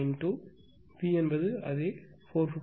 92 P என்பது அதே 455